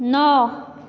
नओ